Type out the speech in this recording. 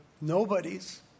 Nobody's